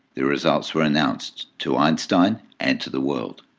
the results were announced to einstein and to the world.